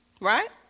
right